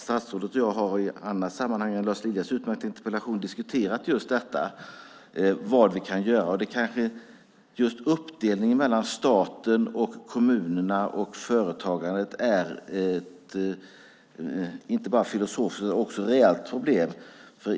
Statsrådet och jag har i andra sammanhang än Lars Liljas utmärkta interpellation diskuterat vad vi kan göra, och kanske just uppdelningen mellan staten, kommunerna och företagandet inte bara är ett filosofiskt utan också ett reellt problem.